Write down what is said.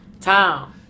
Time